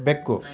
ಬೆಕ್ಕು